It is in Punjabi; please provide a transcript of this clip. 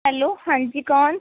ਹੈਲੋ ਹਾਂਜੀ ਕੌਣ